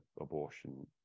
abortion